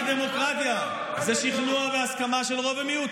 בדמוקרטיה, שמירה על זכויות המיעוטים.